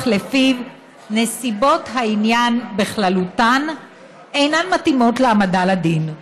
שלפיו נסיבות העניין בכללותן אינן מתאימות להעמדה לדין.